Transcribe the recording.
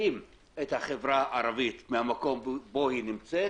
את החברה הערבית מהמקום בו היא נמצאת